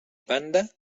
banda